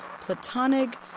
platonic